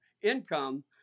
income